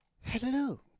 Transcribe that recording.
Hello